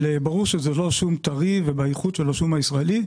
אבל ברור שזה לא שום טרי ולא באיכות של השום הישראלי.